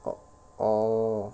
oh oh